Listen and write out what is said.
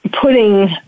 putting